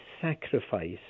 sacrifice